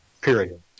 period